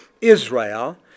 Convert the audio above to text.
Israel